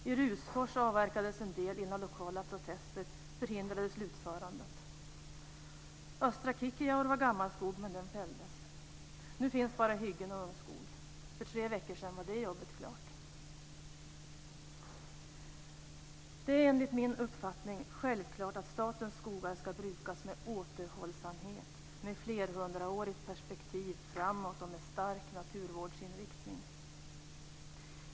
I Rusfors avverkades en del innan lokala protester förhindrade slutförandet. Östra Kikkijaur var gammalskog, men den fälldes. Nu finns bara hyggen och ungskog. För tre veckor sedan var det jobbet klart. Enligt min uppfattning är det självklart att statens skogar ska brukas med återhållsamhet, med flerhundraårigt perspektiv framåt och med stark naturvårdsinriktning.